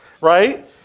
right